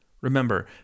Remember